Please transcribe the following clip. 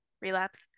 relapse